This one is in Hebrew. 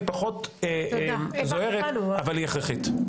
היא פחות זוהרת אבל היא הכרחית.